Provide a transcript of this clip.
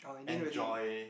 enjoy